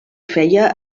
feia